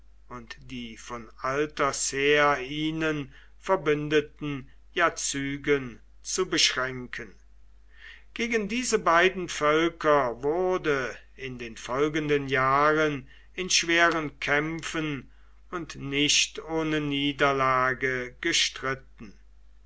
und die von alters her ihnen verbündeten jazygen zu beschränken gegen diese beiden völker wurde in den folgenden jahren in schweren kämpfen und nicht ohne niederlage gestritten